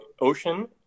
Ocean